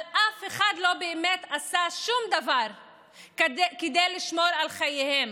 אבל אף אחד לא באמת עשה שום דבר כדי לשמור על חייהן.